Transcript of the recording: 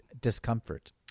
discomfort